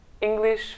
English